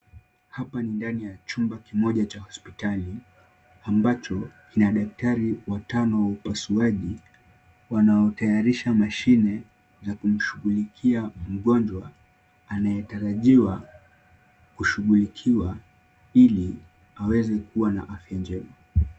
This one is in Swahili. Hapa ni ndani ya chumba kimoja cha hospitali ambacho kina daktari watano wa upasuaji wanaotayarisha mashine ya kumshughulikia mgonjwa anayetarajiwa kushughulikiwa ili aweze kuwa na afya njema.